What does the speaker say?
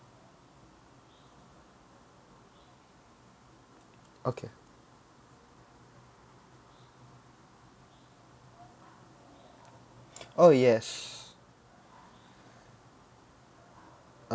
okay oh yes